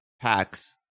packs